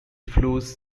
flows